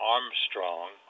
Armstrong